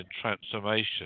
transformation